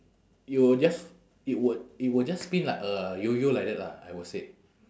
you will just it would it will just spin like a yo-yo like that lah I would say